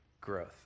growth